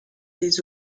les